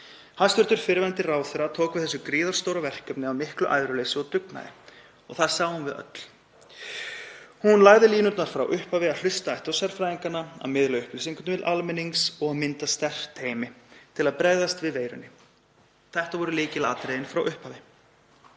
Hæstv. fyrrverandi ráðherra tók við þessu gríðarstóra verkefni af miklu æðruleysi og dugnaði og það sáum við öll. Hún lagði línurnar frá upphafi; að hlusta ætti á sérfræðingana, að miðla upplýsingum til almennings og mynda sterkt teymi til að bregðast við veirunni. Þetta voru lykilatriðin frá upphafi.